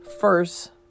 first